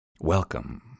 Welcome